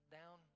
down